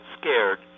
scared